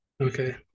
Okay